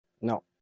No